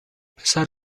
پسر